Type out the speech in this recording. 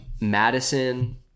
Madison